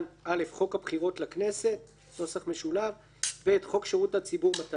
(א) חוק הבחירות לכנסת ; (ב) חוק שירות הציבור (מתנות); (ג)